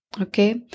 Okay